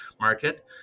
market